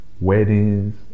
weddings